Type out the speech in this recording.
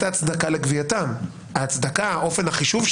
צריך אולי לעשות עבודת חשיבה על ההצדקה לגבייתם ואופן החישוב שלהם.